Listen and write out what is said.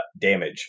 damage